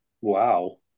Wow